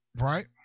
right